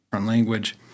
language